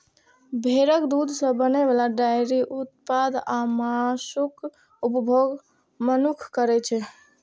भेड़क दूध सं बनै बला डेयरी उत्पाद आ मासुक उपभोग मनुक्ख करै छै